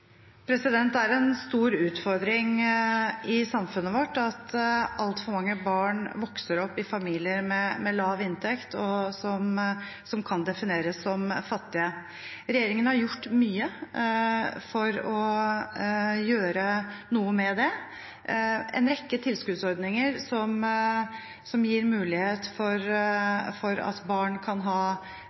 Det er en stor utfordring i samfunnet vårt at altfor mange barn vokser opp i familier med lav inntekt, og som kan defineres som fattige. Regjeringen har gjort mye for å gjøre noe med det: en rekke tilskuddsordninger som gir mulighet for at barn kan